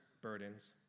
burdens